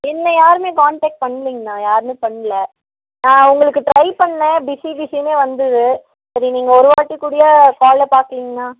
என்னை யாரும் காண்டக்ட் பண்ணலிங்கண்ணா யாரும் பண்ணல உங்களுக்கு ட்ரை பண்ணேன் பிஸி பிஸின்னே வந்தது சரி நீங்கள் ஒரு வாட்டி கூடிய காலை பாக்கலீங்கண்ணா